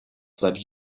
that